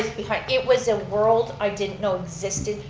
because it was a world i didn't know existed.